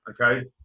okay